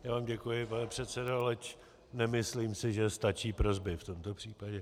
Já vám děkuji, pane předsedo, leč nemyslím si, že stačí prosby v tomto případě.